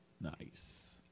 Nice